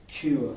cure